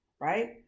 Right